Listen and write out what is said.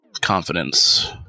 Confidence